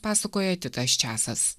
pasakoja titas česas